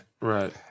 right